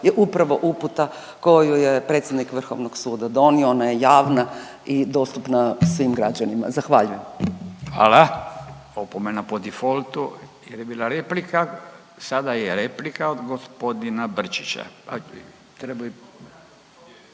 je upravo uputa koju je predsjednik Vrhovnog suda donio, ona je javna i dostupna svim građanima. Zahvaljujem. **Radin, Furio (Nezavisni)** Hvala, opomena po difoltu jer je bila replika. Sada je replika od gospodina Brčića.